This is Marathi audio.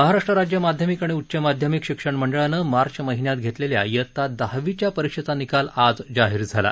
महाराष्ट्र राज्य माध्यमिक आणि उच्च माध्यमिक शिक्षणमंडळानं मार्च महिन्यात घेतलेल्या इयत्ता दहावीच्या परीक्षेचा निकाल आज जाहीर झाला